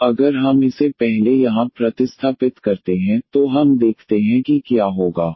अब अगर हम इसे पहले यहाँ प्रतिस्थापित करते हैं तो हम देखते हैं कि क्या होगा